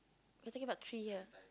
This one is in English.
we're talking about tree here